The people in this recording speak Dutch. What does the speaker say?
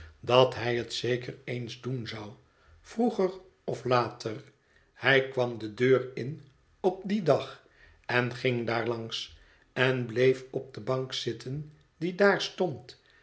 dat hij het zeker eens doen zou vroeger f later hij kwam de deur in op dien dag en ging daar langs en bleef op de bank zitten die daar stond